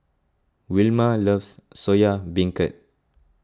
Wilma loves Soya Beancurd